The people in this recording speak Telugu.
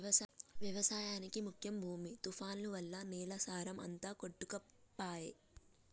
వ్యవసాయానికి ముఖ్యం భూమి తుఫాన్లు వల్ల నేల సారం అంత కొట్టుకపాయె